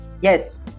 yes